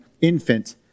infant